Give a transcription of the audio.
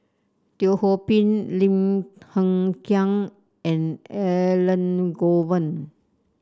Teo Ho Pin Lim Hng Kiang and Elangovan